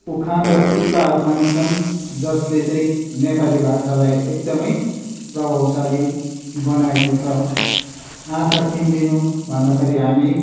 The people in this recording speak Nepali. उखान र तुक्काहरू पनि छन् जसले चाहिँ नेपाली भाषालाई एकदमै प्रभावशाली बनाएको छ आँखा चिम्लिनु भन्दाखेरि हामी